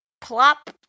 plop